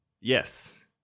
Yes